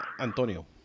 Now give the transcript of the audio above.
Antonio